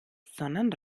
sondern